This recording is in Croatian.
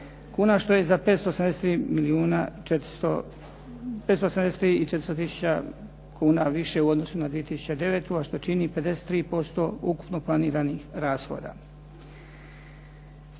kuna, što je za 573 milijuna 400 tisuća kuna više u odnosu na 2009., a što čini 53% ukupno planiranih rashoda.